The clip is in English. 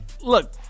Look